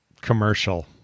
commercial